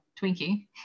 Twinkie